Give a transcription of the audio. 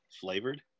flavored